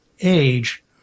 age